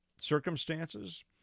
circumstances